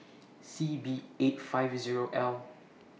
C B eight five Zero L